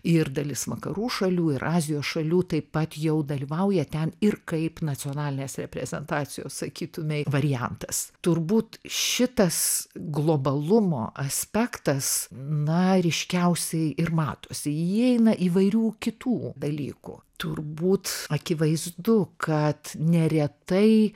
ir dalis vakarų šalių ir azijos šalių taip pat jau dalyvauja ten ir kaip nacionalinės reprezentacijos sakytumei variantas turbūt šitas globalumo aspektas na ryškiausiai ir matosi į jį įeina įvairių kitų dalykų turbūt akivaizdu kad neretai